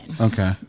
Okay